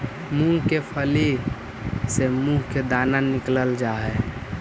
मूंग के फली से मुंह के दाना निकालल जा हई